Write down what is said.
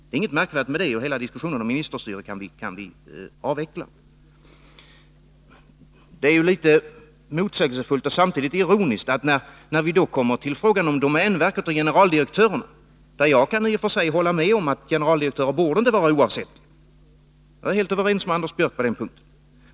Det är inget märkvärdigt med det, och hela diskussionen om ministerstyre kan vi avveckla. Det är ju litet motsägelsefullt och samtidigt ironiskt när vi då kommer till frågan om domänverket och generaldirektören. Jag kan i och för sig hålla med om att generaldirektörer inte borde vara oavsättliga — jag är helt överens med Anders Björck på den punkten.